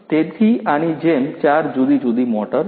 તેથી આની જેમ ચાર જુદી જુદી મોટર છે